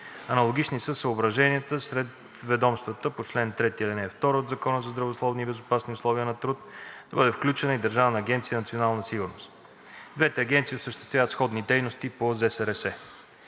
Аналогични са съображенията сред ведомствата по чл. 3, ал. 2 от Закона за здравословни и безопасни условия на труд да бъде включена и Държавна агенция „Национална сигурност“. Двете агенции осъществяват сходни дейности по Закона